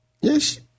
Yes